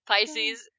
Pisces